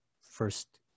first